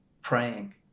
praying